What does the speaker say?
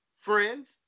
friends